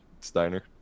Steiner